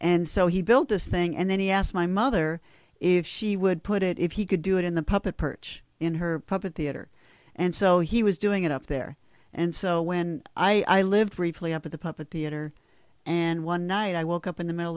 and so he built this thing and then he asked my mother if she would put it if he could do it in the puppet perch in her puppet theater and so he was doing it up there and so when i lived briefly up at the puppet theater and one night i woke up in the middle